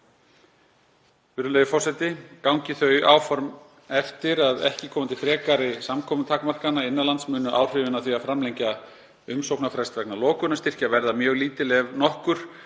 Virðulegi forseti. Gangi þau áform eftir að ekki komi til frekari samkomutakmarkana innan lands munu áhrifin af því að framlengja umsóknarfrest vegna lokunarstyrkja verða mjög lítil ef nokkur